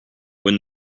when